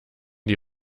die